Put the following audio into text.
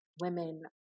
women